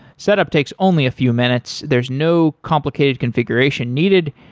setup takes only a few minutes. there's no complicated configuration needed.